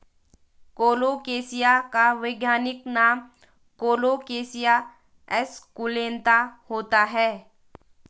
colocasia का वैज्ञानिक नाम कोलोकेशिया एस्कुलेंता होता है